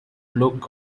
look